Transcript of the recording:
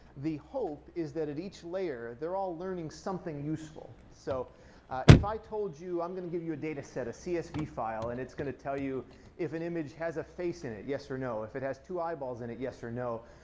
the hope is that at each layer, they're all learning something useful so if i told you, i'm going to give you a data set, a csv file and it's going to tell you if an image has a face in it. yes or no? if it has two eyeballs in it, yes or no?